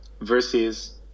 versus